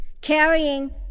carrying